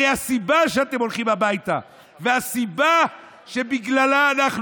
הרי הסיבה שאתם הולכים הביתה והסיבה שבגללה אנחנו